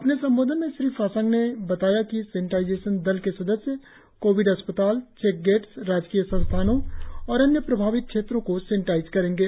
अपने संबोधन में श्री फासांग ने बताया कि सेनेटाईजेशन दल के सदस्य कोविड अस्पताल चेकगेट्स राजकीय संस्थानों और अन्य प्रभावित क्षेत्रो को सेनेटाइज करेंगे